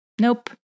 Nope